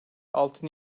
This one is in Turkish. altı